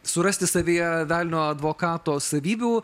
surasti savyje velnio advokato savybių